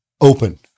open